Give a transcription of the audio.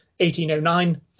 1809